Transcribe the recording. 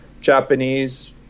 Japanese